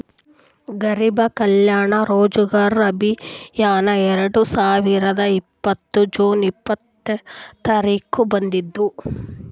ಗರಿಬ್ ಕಲ್ಯಾಣ ರೋಜಗಾರ್ ಅಭಿಯಾನ್ ಎರಡು ಸಾವಿರದ ಇಪ್ಪತ್ತ್ ಜೂನ್ ಇಪ್ಪತ್ನೆ ತಾರಿಕ್ಗ ಬಂದುದ್